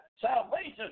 Salvation